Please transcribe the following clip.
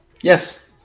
Yes